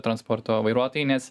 transporto vairuotojai nes